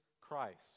Christ